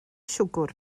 siwgr